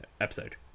episode